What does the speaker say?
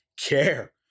care